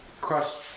cross